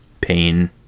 pain